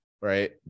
right